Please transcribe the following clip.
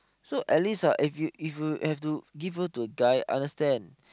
so at least ah if you if you have to give her to a guy understand